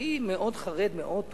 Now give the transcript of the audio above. אני מאוד חרד מעוד תופעה,